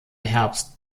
herbst